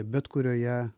bet kurioje